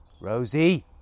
Rosie